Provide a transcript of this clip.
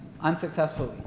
unsuccessfully